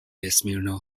اسمیرنوو